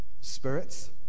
spirits